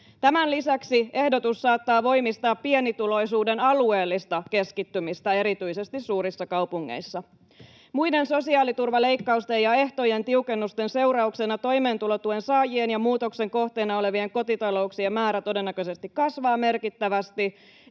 Tämän lisäksi ehdotus saattaa voimistaa pienituloisuuden alueellista keskittymistä erityisesti suurissa kaupungeissa. Muiden sosiaaliturvaleikkausten ja ehtojen tiukennusten seurauksena toimeentulotuen saajien ja muutoksen kohteena olevien kotitalouksien määrä todennäköisesti kasvaa merkittävästi.